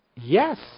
Yes